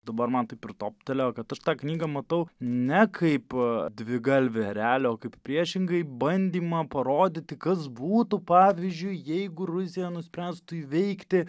dabar man taip ir toptelėjo kad aš tą knygą matau ne kaip dvigalvį erelį o kaip priešingai bandymą parodyti kas būtų pavyzdžiui jeigu rusija nuspręstų įveikti